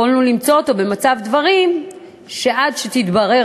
יכולנו למצוא אותו במצב דברים שעד שתתברר